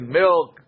milk